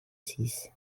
six